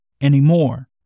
anymore